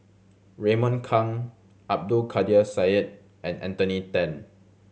Raymond Kang Abdul Kadir Syed and Anthony Then